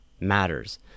matters